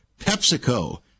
PepsiCo